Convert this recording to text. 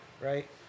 right